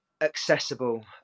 accessible